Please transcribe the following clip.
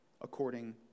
according